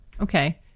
Okay